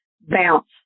bounce